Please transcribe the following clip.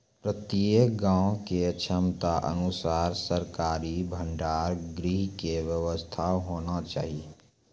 प्रत्येक गाँव के क्षमता अनुसार सरकारी भंडार गृह के व्यवस्था होना चाहिए?